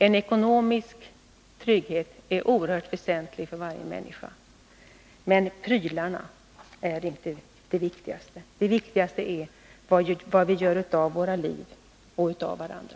En ekonomisk trygghet är oerhört väsentlig för varje människa, men prylarna är inte det viktigaste utan det är vad vi gör av våra liv och vad vi gör för varandra.